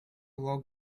log